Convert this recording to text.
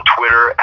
Twitter